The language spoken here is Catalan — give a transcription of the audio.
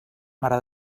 mare